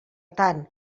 tant